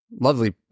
lovely